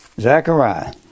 Zechariah